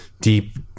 deep